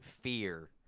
fear